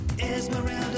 Esmeralda